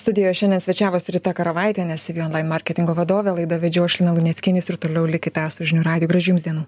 studijoje svečiavosi rita karavaitienė cv online marketingo vadovė laidą vedžiau aš lina luneckienės ir toliau likite su žinių radiju gražių jums dienų